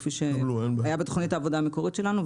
כפי שהיה בתכנית העבודה המקורית שלנו,